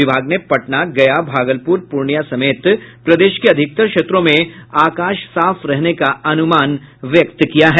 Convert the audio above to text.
विभाग ने पटना गया भागलपुर पूर्णिया समेत प्रदेश के अधिकतर क्षेत्रों में आकाश साफ रहने का अनुमान व्यक्त किया है